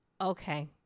Okay